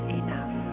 enough